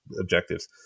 objectives